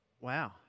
Wow